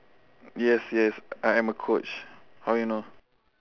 yes yes I am a coach how you know